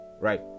right